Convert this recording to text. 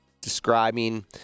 describing